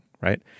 Right